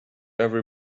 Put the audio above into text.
every